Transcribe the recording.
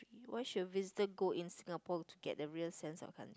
where should a visitor in Singapore to get a real sense of country